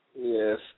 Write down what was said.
Yes